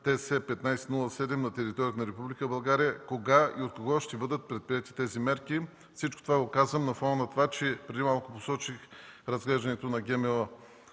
България? Кога и от кого ще бъдат предприети тези мерки? Всичко това го казвам на фона на това, че преди малко посочих разглеждането на ГМО